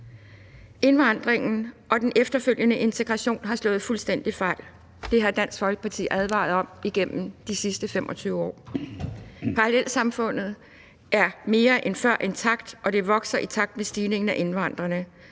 Indvandringen og den efterfølgende integration har slået fuldstændig fejl, og det har Dansk Folkeparti advaret imod igennem de sidste 25 år. Parallelsamfundene er mere end før intakte, og de vokser i takt med stigningen af indvandrerne.